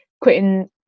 quitting